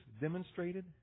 demonstrated